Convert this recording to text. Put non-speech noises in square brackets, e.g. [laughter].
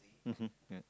[laughs] ya